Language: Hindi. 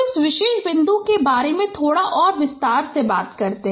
तो इस विशेष बिंदु के बारे में थोड़ा और विस्तार करते हैं